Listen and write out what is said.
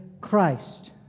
Christ